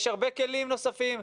יש הרבה כלים נוספים.